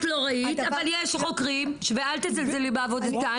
את לא ראית אבל יש חוקרים, ואל תזלזלי בעבודתם,